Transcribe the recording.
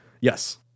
Yes